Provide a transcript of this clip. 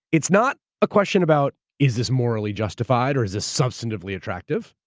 it's not a question about is this morally justified? or is this substantively attractive?